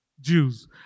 Jews